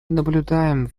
наблюдаем